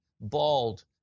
bald